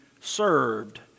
served